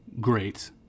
great